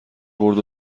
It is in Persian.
برد